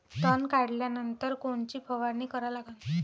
तन काढल्यानंतर कोनची फवारणी करा लागन?